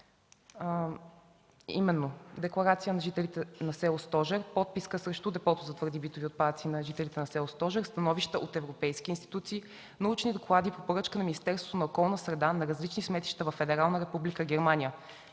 именно: декларация на жителите на село Стожер; подписка срещу депото за твърди и битови отпадъци на жителите на село Стожер; становища от европейски институции; научни доклади по поръчка на Министерството на околна среда и водите на различни сметища във Федерална република Германия;